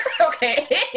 Okay